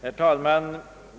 Herr talman!